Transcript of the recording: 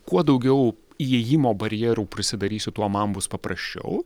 kuo daugiau įėjimo barjerų prisidarysiu tuo man bus paprasčiau